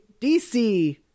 DC